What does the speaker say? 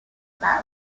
mary